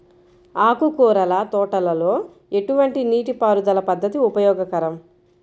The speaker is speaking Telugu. ఆకుకూరల తోటలలో ఎటువంటి నీటిపారుదల పద్దతి ఉపయోగకరం?